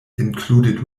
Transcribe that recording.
included